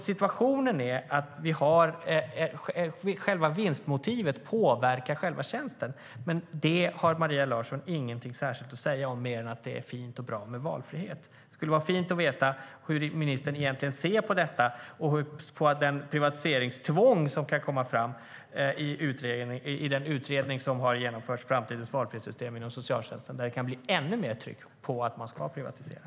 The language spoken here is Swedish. Situationen är alltså att vinstmotivet påverkar själva tjänsten, men det har Maria Larsson ingenting särskilt att säga om - mer än att det är fint och bra med valfrihet. Det skulle vara fint att få veta hur ministern egentligen ser på detta och på det privatiseringstvång som kan komma fram i den utredning som har genomförts, Framtidens valfrihetssystem - inom socialtjänsten , där det kan bli ännu mer tryck på att privatisera.